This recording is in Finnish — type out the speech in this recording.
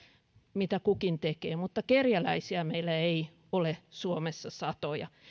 mitä kukin tekee mutta kerjäläisiä meillä ei ole suomessa satoja